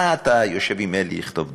מה אתה יושב עם אלי לכתוב דוח?